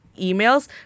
emails